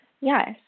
Yes